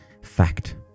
fact